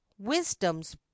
wisdoms